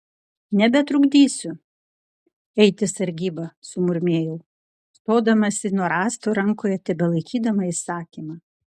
nebetrukdysiu eiti sargybą sumurmėjau stodamasi nuo rąsto rankoje tebelaikydama įsakymą